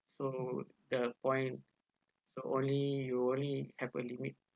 so the point so only you only have a limit